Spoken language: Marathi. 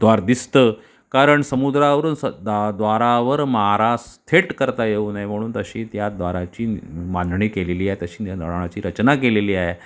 द्वार दिसतं कारण समुद्रावरून स दा द्वारावर मारा स थेट करता येऊ नये म्हणून तशी त्या द्वाराची मांडणी केलेली आहे तशी निर्माणाची रचना केलेली आहे